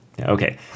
okay